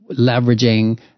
leveraging